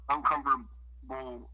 Uncomfortable